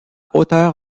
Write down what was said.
hauteur